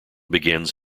begins